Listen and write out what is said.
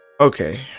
Okay